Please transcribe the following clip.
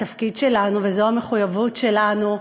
התפקיד שלנו, וזו המחויבות שלנו,